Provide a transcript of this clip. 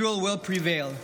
Israel will prevail.